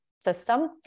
system